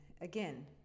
again